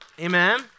Amen